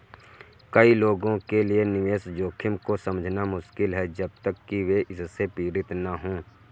कई लोगों के लिए निवेश जोखिम को समझना मुश्किल है जब तक कि वे इससे पीड़ित न हों